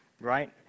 right